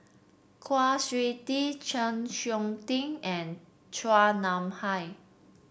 Kwa Siew Tee Chng Seok Tin and Chua Nam Hai